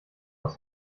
aus